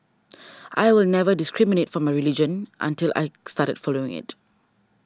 I was never discriminated for my religion until I started following it